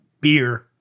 beer